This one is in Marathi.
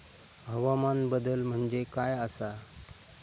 हवामान बदल म्हणजे काय आसा?